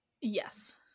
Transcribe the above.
Yes